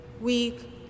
week